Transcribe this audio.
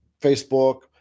Facebook